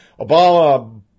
Obama